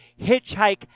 hitchhike